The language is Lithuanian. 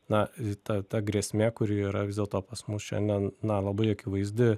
na ta ta grėsmė kuri yra vis dėlto pas mus šiandien na labai akivaizdi